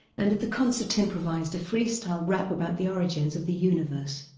and at the concert improvised a freestyle rap about the origins of the universe.